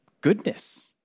goodness